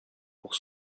pour